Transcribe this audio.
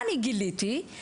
מה גיליתי?